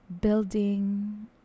building